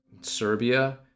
Serbia